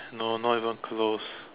no no not even close